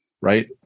right